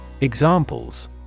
Examples